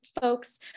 folks